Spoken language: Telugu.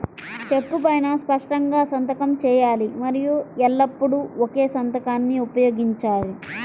చెక్కు పైనా స్పష్టంగా సంతకం చేయాలి మరియు ఎల్లప్పుడూ ఒకే సంతకాన్ని ఉపయోగించాలి